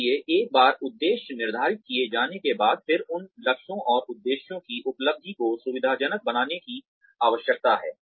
इसलिए एक बार उद्देश्य निर्धारित किए जाने के बाद फिर उन लक्ष्यों और उद्देश्यों की उपलब्धि को सुविधाजनक बनाने की आवश्यकता है